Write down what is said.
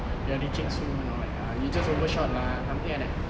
you are reaching soon or like err you just overshot lah something like that